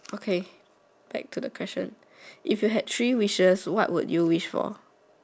okay back to the question if you had three wishes what would you wish for